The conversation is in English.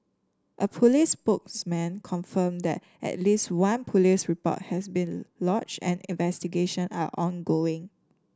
a police spokesman confirmed that at least one police report has been lodged and investigation are ongoing